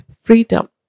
freedom